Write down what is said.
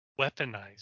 Weaponized